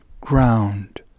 ground